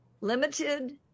limited